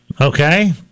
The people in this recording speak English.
Okay